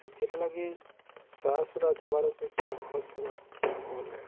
ସେଥିର୍ ଲାଗି ସାର୍ସୁରା ଦେବାର ଉପେ କ୍ୟା ଖତ ଦେବାରଟା ଭଲେ